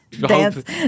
Dance